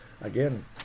Again